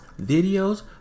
videos